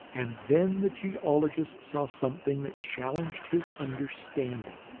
and then the geologist saw something that challenged his understanding.